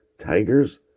tigers